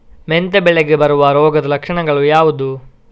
ಮೆಂತೆ ಬೆಳೆಗೆ ಬರುವ ರೋಗದ ಲಕ್ಷಣಗಳು ಯಾವುದು?